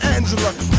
Angela